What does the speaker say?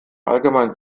allgemein